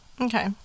Okay